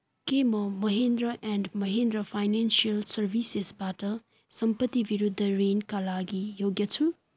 के म Mahindra and Mahindra financial सर्भिसेजबाट सम्पत्ति विरुद्ध ऋणका लागि योग्य छु